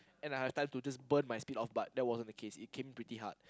and I had time to just burn my speed off but that wasn't the case it came pretty hard